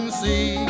see